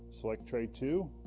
select tray two,